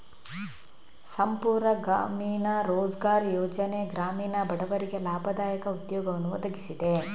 ಸಂಪೂರ್ಣ ಗ್ರಾಮೀಣ ರೋಜ್ಗಾರ್ ಯೋಜನೆ ಗ್ರಾಮೀಣ ಬಡವರಿಗೆ ಲಾಭದಾಯಕ ಉದ್ಯೋಗವನ್ನು ಒದಗಿಸಿದೆ